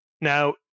Now